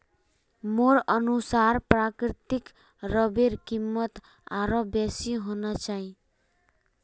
मोर अनुसार प्राकृतिक रबरेर कीमत आरोह बेसी होना चाहिए